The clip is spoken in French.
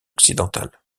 occidentales